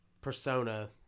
persona